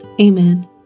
Amen